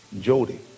Jody